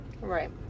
Right